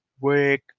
work